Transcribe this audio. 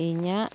ᱤᱧᱟᱹᱜ